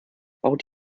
baut